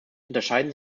unterscheiden